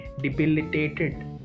debilitated